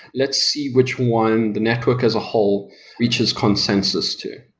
let's see which one, the network as a whole reaches consensus to